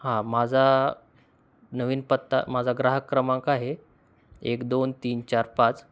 हां माझा नवीन पत्ता माझा ग्राहक क्रमांक आहे एक दोन तीन चार पाच